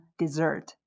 dessert